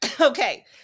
Okay